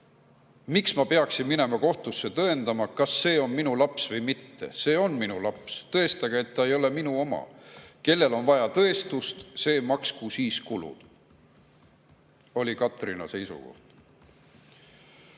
Miks ma peaksin minema kohtusse tõendama, kas see on minu laps või mitte? See on minu laps. Tõestage, et ta ei ole minu oma. Kellel on vaja tõestust, see maksku siis kulud." See oli Katrina seisukoht. Tegu